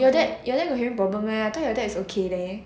your dad your dad got hearing problem meh I thought you dad is okay leh